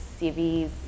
CVs